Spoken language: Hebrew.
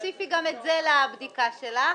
תוסיפי גם את השאלה של מאיר דמן לבדיקה שלך.